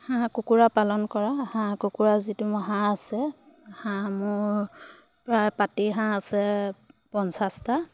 হাঁহ কুকুৰা পালন কৰা হাঁহ কুকুৰা যিটো মোৰ হাঁহ আছে হাঁহ মোৰ প্ৰায় পাতি হাঁহ আছে পঞ্চাছটা